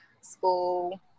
school